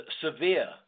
severe